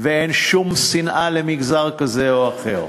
ואין שום שנאה למגזר כזה או אחר.